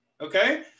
okay